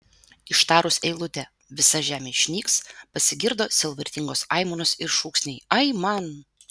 ištarus eilutę visa žemėje išnyks pasigirdo sielvartingos aimanos ir šūksniai aiman